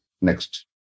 Next